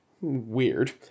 Weird